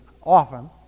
often